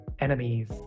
enemies